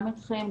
גם אתכם,